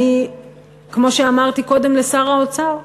כמו שאמרתי קודם לשר האוצר,